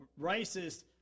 racist